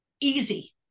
easy